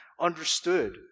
understood